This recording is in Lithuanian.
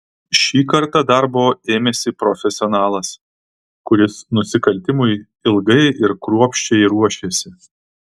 šį kartą darbo ėmėsi profesionalas kuris nusikaltimui ilgai ir kruopščiai ruošėsi